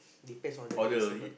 depends on the day itself ah